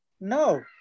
no